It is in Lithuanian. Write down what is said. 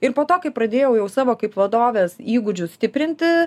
ir po to kai pradėjau jau savo kaip vadovės įgūdžius stiprinti